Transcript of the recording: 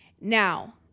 Now